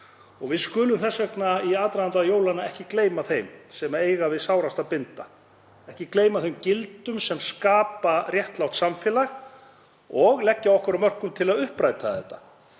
Við skulum þess vegna í aðdraganda jólanna ekki gleyma þeim sem eiga um sárt að binda, ekki gleyma þeim gildum sem skapa réttlátt samfélag og leggja okkar af mörkum til að uppræta þetta.